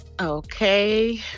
Okay